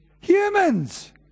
humans